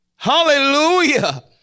Hallelujah